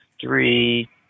three